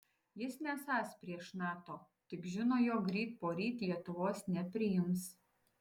jis nesąs prieš nato tik žino jog ryt poryt lietuvos nepriims